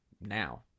now